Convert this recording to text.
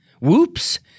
Whoops